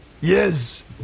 Yes